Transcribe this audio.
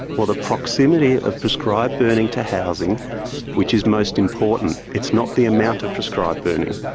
or the proximity, of prescribed burning to housing which is most important it's not the amount of prescribed burning.